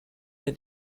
der